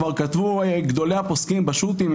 כבר כתבו גדולי הפוסקים בשו"תים,